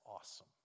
awesome